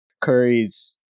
Curry's